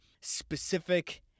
specific